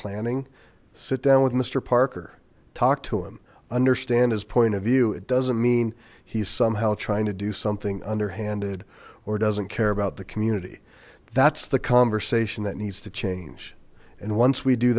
planning sit down with mister parker talk to him understand his point of view it doesn't mean he's somehow trying to do something underhanded or doesn't care about the community that's the conversation that needs to change and once we do